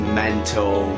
mental